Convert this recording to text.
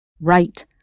Right